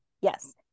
Yes